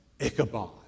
Ichabod